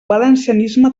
valencianisme